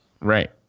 right